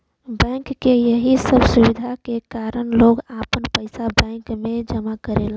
bank के यही सब सुविधा के कारन लोग आपन पइसा बैंक में जमा करेलन